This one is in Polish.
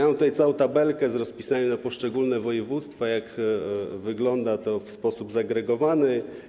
Mam tutaj całą tabelkę z rozpisaniem na poszczególne województwa, jak wygląda to w sposób zagregowany.